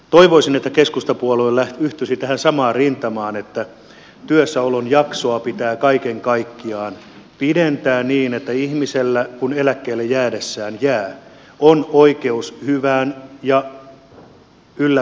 toivoisin että keskustapuolue yhtyisi tähän samaan rintamaan että työssäolon jaksoa pitää kaiken kaikkiaan pidentää niin että ihmisellä eläkkeelle jäädessään on oikeus hyvään ja ylläpitävään eläketurvaan